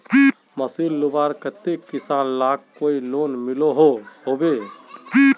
Machine लुबार केते किसान लाक कोई लोन मिलोहो होबे?